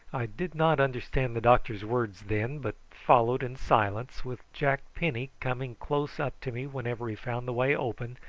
i did not understand the doctor's words then, but followed in silence, with jack penny coming close up to me whenever he found the way open,